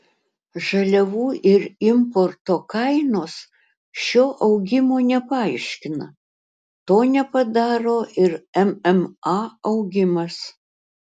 žaliavų ir importo kainos šio augimo nepaaiškina to nepadaro ir mma augimas